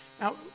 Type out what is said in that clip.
Now